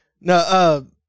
No